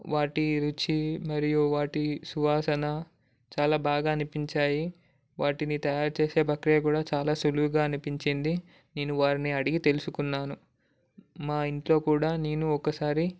వాటి రుచి మరియు వాటి సువాసన చాలా బాగా అనిపించాయి వాటిని తయారు చేసే ప్రక్రియ కూడా చాలా సులువుగా అనిపించింది నేను వారిని అడిగి తెలుసుకున్నాను నేను మా ఇంట్లో కూడా నేను ఒకసారి